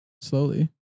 Slowly